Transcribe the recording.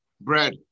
bread